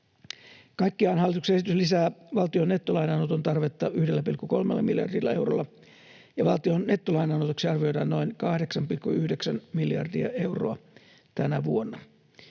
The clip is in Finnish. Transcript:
Kaikkiaan hallituksen esitys lisää valtion nettolainanoton tarvetta 1,3 miljardilla eurolla, ja valtion nettolainanotoksi arvioidaan noin 8,9 miljardia euroa tänä vuonna.